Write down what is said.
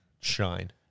shine